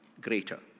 greater